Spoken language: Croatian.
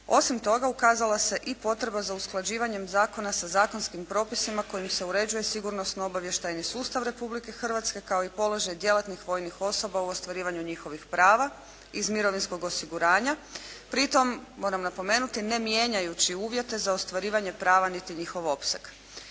Osim toga, ukazala se i potreba za usklađivanjem zakona sa zakonskim propisima kojima se uređuje sigurnosno-obavještajni sustav Republike Hrvatske kao i položaj djelatnih vojnih osoba u ostvarivanju njihovih prava iz mirovinskih osiguranja pritom, moram napomenuti, ne mijenjajući uvjete za ostvarivanje prava niti njihov opseg.